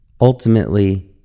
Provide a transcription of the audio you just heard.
Ultimately